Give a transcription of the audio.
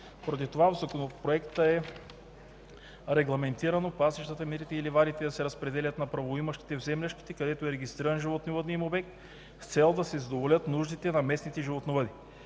Поради това в законопроекта е регламентирано пасищата, мерите и ливадите да се разпределят на правоимащите в землищата, където е регистриран животновъдният им обект с цел да се задоволят нуждите на местните животновъди.